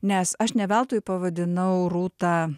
nes aš ne veltui pavadinau rūtą